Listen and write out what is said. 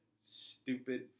stupid